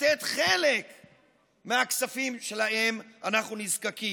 לתת חלק מהכספים שלהם אנחנו נזקקים.